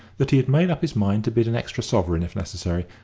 that he had made up his mind to bid an extra sovereign if necessary,